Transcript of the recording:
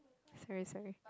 sorry sorry